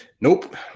Nope